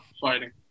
fighting